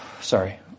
Sorry